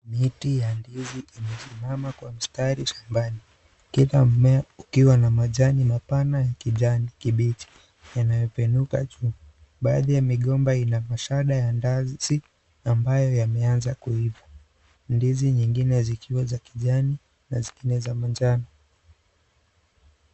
Miti ya ndizi imesimama kwa mistari shambani kila mmea ukiwa na majani mapana ya kibichi yamepenuka juu. Baadhi ya migomba ina mashada ya ndazi ambayo yamenza kuiva. Ndizi nyingine zikiwa za kijani na zingine za manjano.